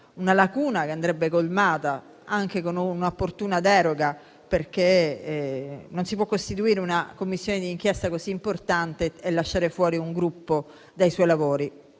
una lacuna che andrebbe colmata anche con un'opportuna deroga; non si può costituire una Commissione di inchiesta così importante e lasciare fuori un Gruppo dai suoi lavori,